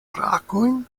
brakojn